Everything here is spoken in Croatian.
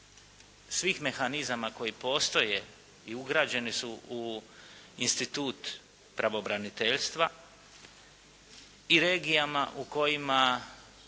svih mehanizama koji postoje i ugrađeni su u institut pravobraniteljstva i regijama u kojima